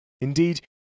Indeed